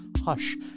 Hush